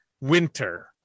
winter